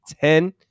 Ten